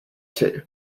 too